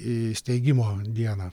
įsteigimo dieną